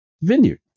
vineyard